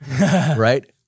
right